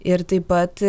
ir taip pat